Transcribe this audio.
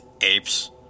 Apes